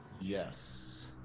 Yes